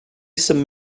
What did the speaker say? some